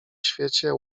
świecie